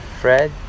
Fred